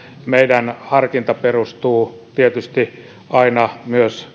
meidän harkintamme perustuu tietysti aina myös